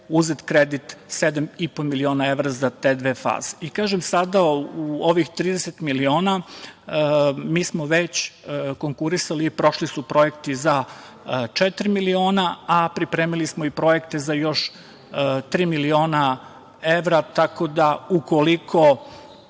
od sedam i po miliona evra za te dve faze. Kažem, sada u ovih 30 miliona mi smo već konkurisali i prošli su projekti za četiri miliona, a pripremili smo i projekte za još tri miliona evra. Tako da, ukoliko